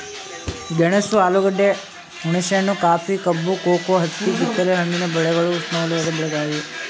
ಗೆಣಸು ಆಲೂಗೆಡ್ಡೆ, ಹುಣಸೆಹಣ್ಣು, ಕಾಫಿ, ಕಬ್ಬು, ಕೋಕೋ, ಹತ್ತಿ ಕಿತ್ತಲೆ ಹಣ್ಣಿನ ಬೆಳೆಗಳು ಉಷ್ಣವಲಯದ ಬೆಳೆಗಳಾಗಿವೆ